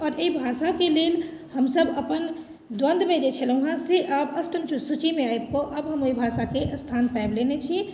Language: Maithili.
आओर एहि भाषाके लेल हमसभ अपन द्वन्दमे जे छलहुँ हेँ से आब अष्टम सूचिमे आबि कऽ आब हम ओहि भाषाके स्थान पाबि लेने छी